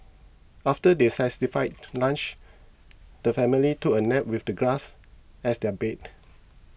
after their satisfying lunch the family took a nap with the grass as their bed